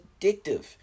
addictive